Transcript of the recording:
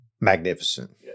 Magnificent